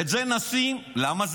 את זה נשים, למה?